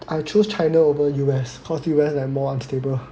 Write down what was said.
I chose China over U_S cause U_S like more unstable